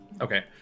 Okay